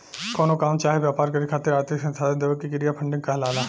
कवनो काम चाहे व्यापार करे खातिर आर्थिक संसाधन देवे के क्रिया फंडिंग कहलाला